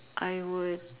I would